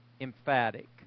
emphatic